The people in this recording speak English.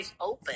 open